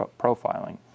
profiling